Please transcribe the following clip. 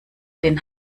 den